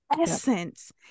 essence